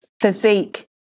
physique